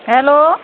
hello